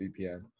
VPN